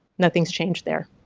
nothing's changed there.